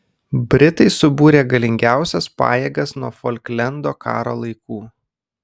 britai subūrė galingiausias pajėgas nuo folklendo karo laikų